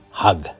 hug